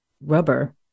rubber